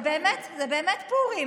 זה באמת פורים.